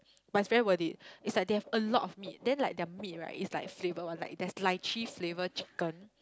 but it's very worth it it's like they have a lot of meat then like their meat right is like flavoured one like there's lychee flavour chicken